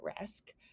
risk